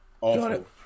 Awful